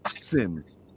Sims